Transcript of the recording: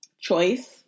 choice